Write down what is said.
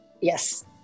Yes